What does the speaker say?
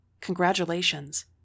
Congratulations